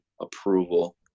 approval